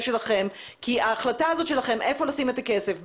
שלכם כי ההחלטה הזאת שלכם היכן לשים את הכסף,